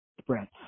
spreads